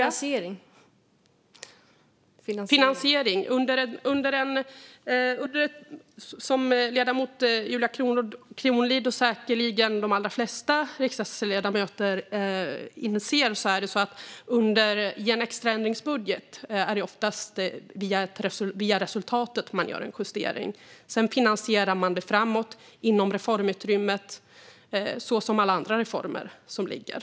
När det handlar om finansiering är det, som ledamoten Julia Kronlid och säkert de allra flesta riksdagsledamöter inser, i en extraändringsbudget oftast via resultatet som man gör en justering. Sedan finansierar man det framåt inom reformutrymmet så som för alla andra reformer som läggs fram.